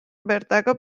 bertako